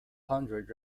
hundred